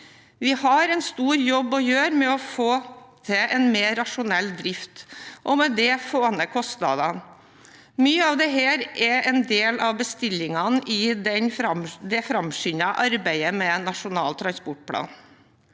Vi har en stor jobb å gjøre med å få til en mer rasjonell drift og med det få ned kostnadene. Mye av dette er en del av bestillingene i det framskyndede arbeidet med Nasjonal transportplan.